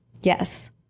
Yes